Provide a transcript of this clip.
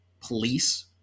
police